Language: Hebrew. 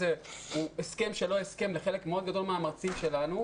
הוא הסכם שלא הסכם לחלק מאוד גדול מהמרצים שלנו,